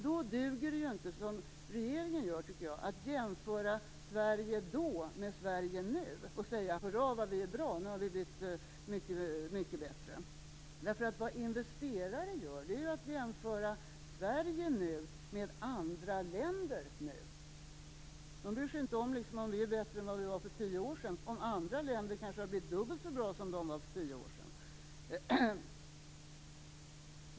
Då duger det inte att som regeringen jämföra Sverige då med Sverige nu och säga: Hurra vad vi är bra - nu har vi blivit mycket bättre! Vad investerare gör, är ju att jämföra Sverige nu med andra länder nu. De bryr sig inte om ifall vi är bättre än för tio år sedan. Andra länder kanske har blivit dubbelt så bra som de var för tio år sedan.